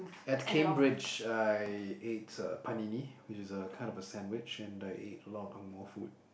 at Cambridge I ate uh panini which is a kind of a sandwich and I ate a lot of angmoh food